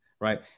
right